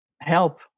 help